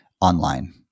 online